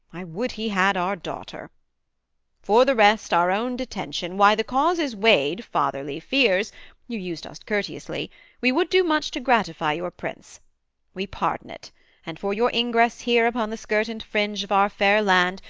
i would he had our daughter for the rest, our own detention, why, the causes weighed, fatherly fears you used us courteously we would do much to gratify your prince we pardon it and for your ingress here upon the skirt and fringe of our fair land,